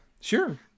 Sure